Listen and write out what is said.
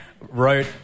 wrote